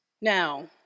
Now